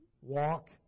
walk